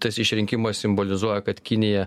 tas išrinkimas simbolizuoja kad kinija